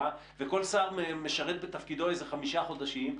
וכל שר משרת בתפקידו איזה חמישה חודשים.